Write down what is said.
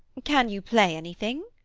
can you play anything?